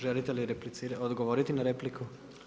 Želite li odgovoriti na repliku?